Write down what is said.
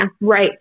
right